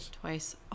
twice